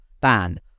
ban